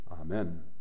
Amen